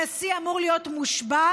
הנשיא אמור להיות מושבע,